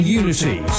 unity